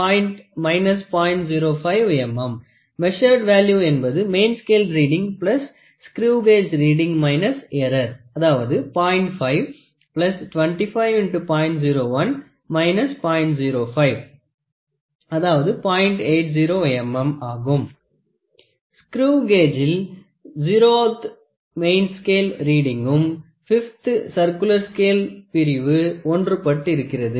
80 mm screw கேஜிள் 0 ஆவது main scale ரீடிங்கும் 5 ஆவது சர்குலர் ஸ்கேல் பிரிவு ஒன்றுபட்டு இருக்கிறது